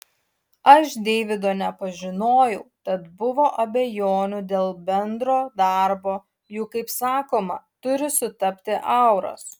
aš deivido nepažinojau tad buvo abejonių dėl bendro darbo juk kaip sakoma turi sutapti auros